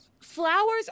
Flowers